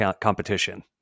competition